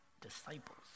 disciples